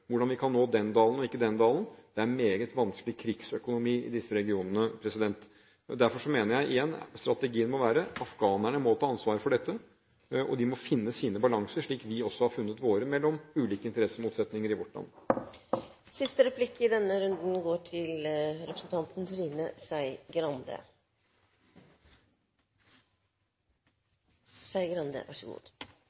hvordan vi kan nå den dalen og ikke den dalen – det er meget vanskelig krigsøkonomi i disse regionene. Derfor mener jeg igjen: Strategien må være at afghanerne må ta ansvaret for dette. De må finne sine balanser, slik vi også har funnet våre, mellom ulike interessemotsetninger i vårt land. Jeg er glad for utenriksministerens fokusering på bekjempelse av korrupsjon. Det kommer til